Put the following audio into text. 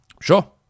Sure